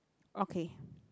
okay